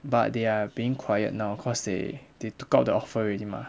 but they are being quiet now cause they they took up offer already mah